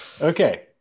Okay